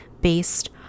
based